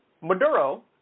Maduro